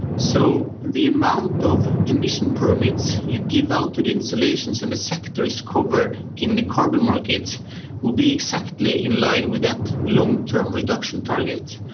so the amount of emission permits you give out to the installations and the sectors covered in the carbon markets will be exactly in line with that long-term reduction target.